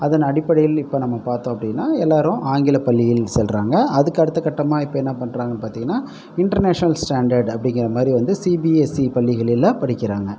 அதன் அடிப்படையில் இப்போ நம்ம பார்த்தோம் அப்படின்னா எல்லோரும் ஆங்கில பள்ளியில் செல்கிறாங்க அதுக்கு அடுத்த கட்டமாக இப்போ என்ன பண்ணுறாங்கனு பார்த்திங்கன்னா இன்டர்நேஷனல் ஸ்டாண்டர்ட் அப்படிங்கிற மாதிரி வந்து சிபிஎஸ்சி பள்ளிகளில் படிக்கிறாங்க